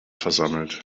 versammelt